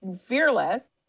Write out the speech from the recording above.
fearless